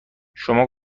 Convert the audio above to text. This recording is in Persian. شما